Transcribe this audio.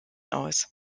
aus